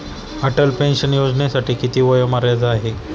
Atal pension योजनेसाठी किती वयोमर्यादा आहे?